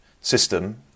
system